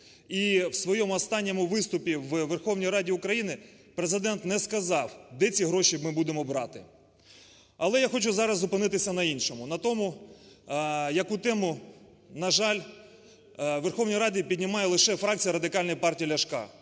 І в своєму останньому виступі в Верховній Раді України Президент не сказав, де ці гроші ми будемо брати. Але я хочу зараз зупинитися на іншому. На тому, яку тему, на жаль, у Верховній Раді піднімає лише фракція Радикальної партії Ляшка.